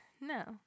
No